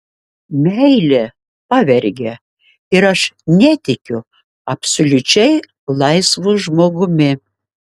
meilė pavergia ir aš netikiu absoliučiai laisvu žmogumi